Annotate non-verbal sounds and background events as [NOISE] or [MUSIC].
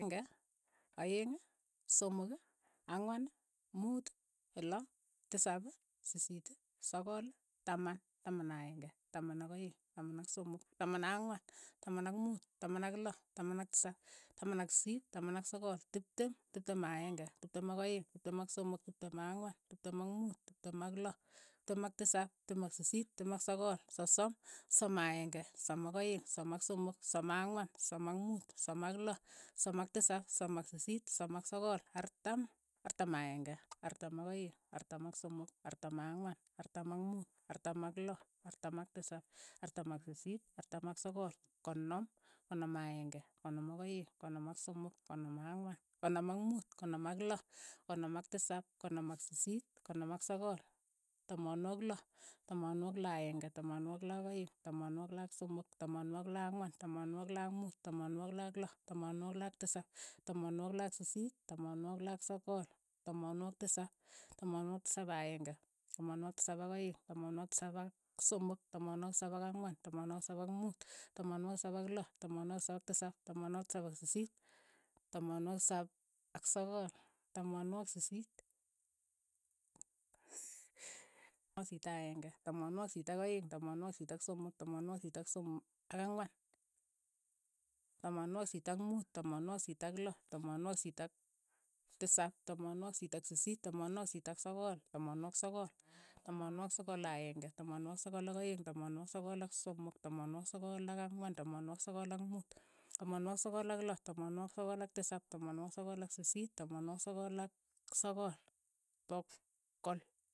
Aeng'e, aeng', somok, ang'wan, muut, loo, tisap, sisiit, sogol, taman, taman aenge, taman ak' aeng, taman ak somok, taman ak ang'wan, taman ak muut, taman ak loo, taman ak tisap, taman ak sisiit, taman ak sogol, tiptem, tiptem ak aeng'e, tiptem ak aeng', tiptem ak somok, tiptem ak ang'wan, tiptem ak muut, tiptem ak loo, tiptem ak tisap, tiptem ak sisiit, tiptem ak sogol, sosom, sosom a'aenge, sosom ak aeng', sosom ak somok, sosom ak ang'wan, sosom ak muut, sosom ak loo, sosom ak tisap, sosom ak sisiit, sosom ak sogol, artam, artam aeng'e, artam ak aeng', artam ak somok, artam ak ang'wan, artam ak muut, artam ak loo, artam ak tisap, artam ak sisiit, artam ak sogol, konom, konom a. aeng'e, konom ak aeng', konom ak somok, konom ak ang'wan. konom ak muut, konom ak loo, konom ak tisap, konom ak sisiit, konom ak sogol, tamanwogik loo, tamanwogik loo ak aeng'e, tamanwogik loo ak aeng', tamanwogik loo ak somok, tamanwogik loo ak ang'wan, tamanwogik loo ak muut, tamanwogik loo ak loo, tamanwogik loo ak tisap, tamanwogik loo ak sisiit, tamanwogik loo ak sogol, tamanwogik tisap, tamanwogik tisap ak aeng'e, tamanwogik tisap ak aeng', tamanwogik tisap ak somok. tamanwogik tisap ak ang'wan, tamanwogik tisap ak muut, tamanwogik tisap ak loo, tamanwogik tisap ak tisap, tamanwogik tisap ak sisiit, tamanwogik tisap ak sogol, tamanwogik sisiit, [LAUGHS] tamanwogik sisiit ak aeng'e, tamanwogik sisiit ak aeng', tamanwogik sisiit ak somok, tamanwogik sisiit ak som ak ang'wan, tamanwogik sisiit ak muut, tamanwogik sisiit ak loo, tamanwogik sisiit ak tisap, tamanwogik sisiit ak sisiit, tamanwogik sisiit ak sogol, tamanwogik sogol, tamanwogik sogol ak aeng'e, tamanwogik sogol ak aeng', tamanwogik sogol ak somok, tamanwogik sogol ak ang'wan, tamanwogik sogol ak muut, tamanwogik sogol ak loo, tamanwogik sogol ak tisap, tamanwogik sogol ak sisiit, tamanwogik sogol ak sogol, pogol.